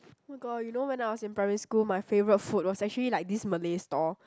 !oh-my-god! you know when I was in primary school my favourite food was actually like this Malay stall